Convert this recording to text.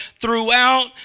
throughout